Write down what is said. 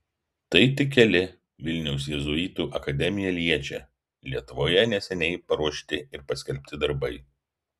tai tik keli vilniaus jėzuitų akademiją liečią lietuvoje neseniai paruošti ir paskelbti darbai